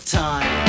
time